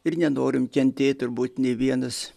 ir nenorim kentėt turbūt nė vienas